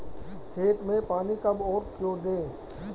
खेत में पानी कब और क्यों दें?